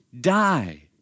die